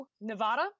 Nevada